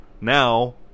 now